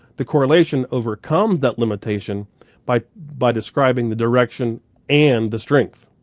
the correlation overcomes that limitation by by describing the direction and the strength.